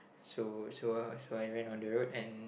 so so so I ran on the road and